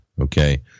okay